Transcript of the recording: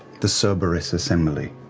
the so cerberus assembly.